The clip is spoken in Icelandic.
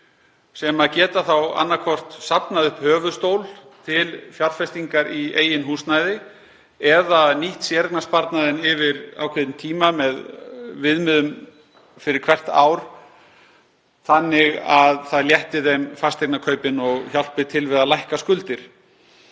sem geta þá annaðhvort safnað upp höfuðstól til fjárfestingar í eigin húsnæði eða nýtt séreignarsparnaðinn yfir ákveðinn tíma með viðmiðum fyrir hvert ár þannig að það létti þeim fasteignakaupin og hjálpi til við að lækka skuldir.